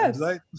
Yes